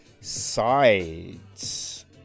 sides